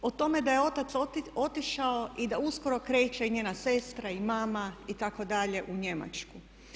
O tome da je otac otišao i da uskoro kreće i njezina sestra i mama itd. u Njemačku.